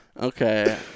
Okay